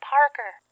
Parker